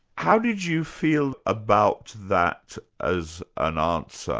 how did you feel about that as an answer?